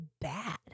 bad